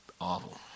awful